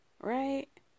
right